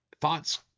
thoughts